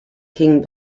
king